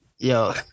Yo